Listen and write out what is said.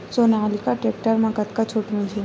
Sonalika tractor म कतका छूट मिलही?